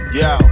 yo